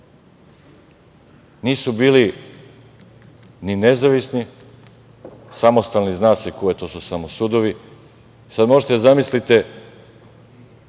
Nisu bili ni nezavisni, samostalni zna se ko je, to su samo sudovi. Sad možete da zamislite